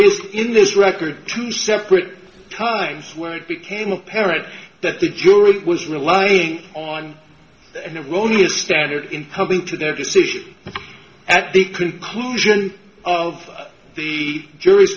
is in this record two separate times where it became apparent that the jury was relying on their own new standard in public to their decision at the conclusion of the jury's